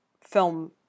film